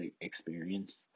experience